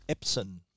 Epson